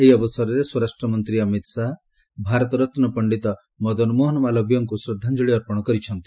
ଏହି ଅବସରରେ ସ୍ୱରାଷ୍ଟ୍ରମନ୍ତ୍ରୀ ଅମିତ୍ ଶାହା ଭାରତରତ୍ନ ପଣ୍ଡିତ ମଦନମୋହନ ମାଲବୀୟଙ୍କୁ ଶ୍ରଦ୍ଧାଞ୍ଜଳି ଅର୍ପଣ କରିଛନ୍ତି